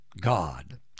God